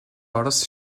орос